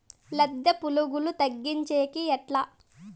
లద్దె పులుగులు తగ్గించేకి ఎట్లా?